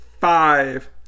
five